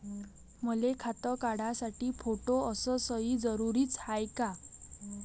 मले खातं काढासाठी फोटो अस सयी जरुरीची हाय का?